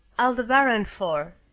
aldebaran four.